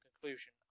conclusion